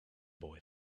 boy